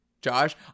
Josh